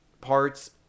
parts